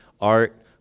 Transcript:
art